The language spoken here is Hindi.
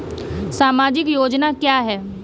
सामाजिक योजना क्या है?